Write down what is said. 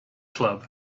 club